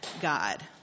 God